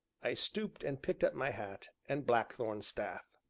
i stooped and picked up my hat and blackthorn staff.